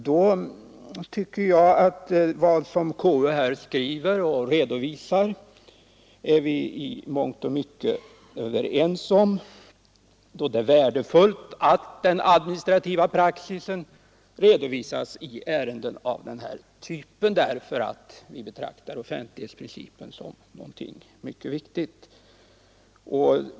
Då tycker jag man kan säga att vad konstitutionsutskottet här redovisar är vi i mångt och mycket överens om. Det är värdefullt all administrativ praxis i ärenden av den här typen redovisas, för vi betraktar offentlighetsprincipen som någonting mycket viktigt.